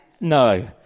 No